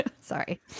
sorry